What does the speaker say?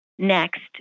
Next